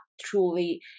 truly